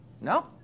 no